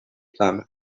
plumb